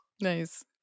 Nice